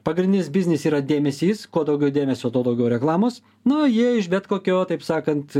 pagrindinis biznis yra dėmesys kuo daugiau dėmesio tuo daugiau reklamos na jie iš bet kokio taip sakant